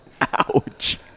Ouch